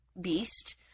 beast